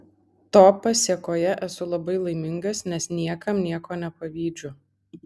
to pasėkoje esu labai laimingas nes niekam nieko nepavydžiu